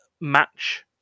match